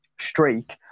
streak